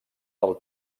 del